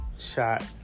Shot